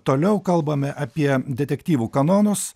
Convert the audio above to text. toliau kalbame apie detektyvo kanonus